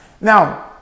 Now